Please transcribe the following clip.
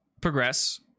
progress